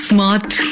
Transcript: Smart